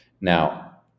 Now